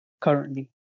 currently